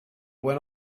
when